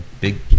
big